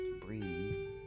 breathe